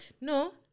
No